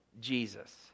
Jesus